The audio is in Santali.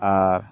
ᱟᱨ